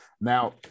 Now